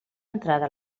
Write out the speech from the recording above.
entrada